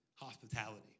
hospitality